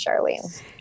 Charlene